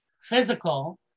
physical